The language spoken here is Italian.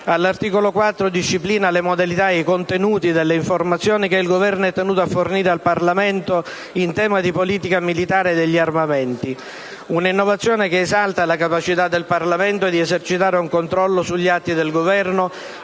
all'articolo 4 disciplina le modalità e i contenuti delle informazioni che il Governo è tenuto a fornire al Parlamento in tema di politica militare e degli armamenti. Una innovazione che esalta la capacità del Parlamento di esercitare un controllo sugli atti del Governo,